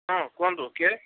ହଁ କୁହନ୍ତୁ କିଏ